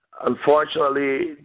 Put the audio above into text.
unfortunately